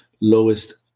lowest